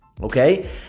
Okay